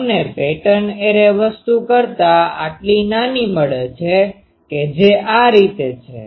તમને pattern array વસ્તુ કરતા આટલી નાની મળે છે કે જે આ રીતે છે